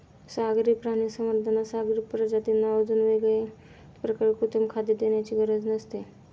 सागरी प्राणी संवर्धनात सागरी प्रजातींना अजून वेगळ्या प्रकारे कृत्रिम खाद्य देण्याची गरज नसते